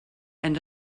and